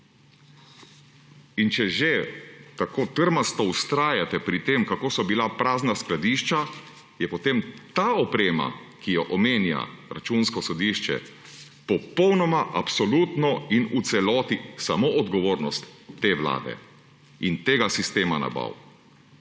In če že tako trmasto vztrajate pri tem, kako so bila prazna skladišča, je potem ta oprema, ki jo omenja Računsko sodišče, popolnoma, absolutno in v celoti samo odgovornost te vlade in tega sistema nabav.